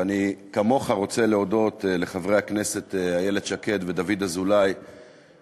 ואני כמוך רוצה להודות לחברי הכנסת איילת שקד ודוד אזולאי,